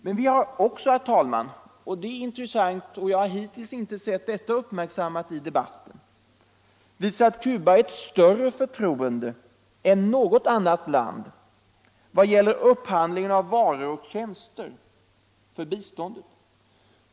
Men vi har också, herr talman, och det är intressant —- jag har inte noterat att det har uppmärksammats i debatten — visat Cuba ett större förtroende än något annat land vad gäller upphandlingen av varor och tjänster för biståndet.